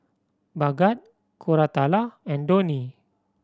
Bhagat Koratala and Dhoni